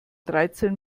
dreizehn